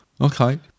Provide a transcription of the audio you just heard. okay